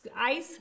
ice